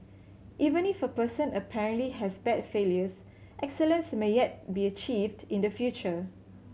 even if a person apparently has bad failures excellence may yet be achieved in the future